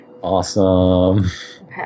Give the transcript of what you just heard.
Awesome